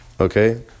Okay